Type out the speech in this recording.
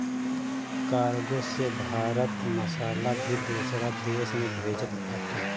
cargo से भारत मसाला भी दूसरा देस में भेजत बाटे